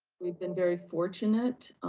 we've been very fortunate.